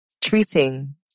treating